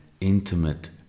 intimate